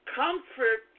comfort